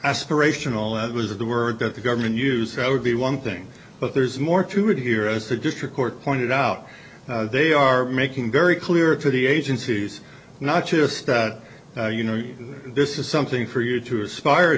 aspirational that was the word that the government use that would be one thing but there's more to it here as the district court pointed out they are making very clear to the agencies not just that you know this is something for you to aspire